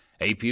AP